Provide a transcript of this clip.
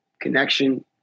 connection